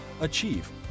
achieve